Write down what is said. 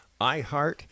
iHeart